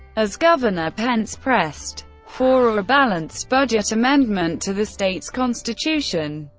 as governor, pence pressed for a balanced budget amendment to the state's constitution.